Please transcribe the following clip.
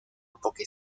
porque